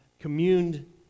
communed